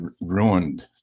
ruined